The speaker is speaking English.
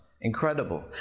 Incredible